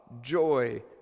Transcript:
joy